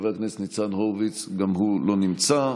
חבר הכנסת ניצן הורוביץ, גם הוא לא נמצא.